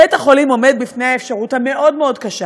בית-החולים עומד בפני האפשרות המאוד-מאוד קשה